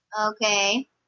Okay